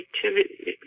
creativity